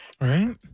Right